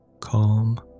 Calm